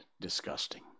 disgusting